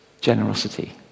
generosity